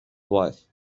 wife